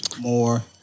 more